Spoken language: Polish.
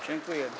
Dziękuję.